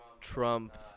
Trump